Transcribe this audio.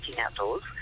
outdoors